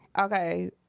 Okay